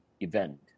event